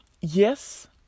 yes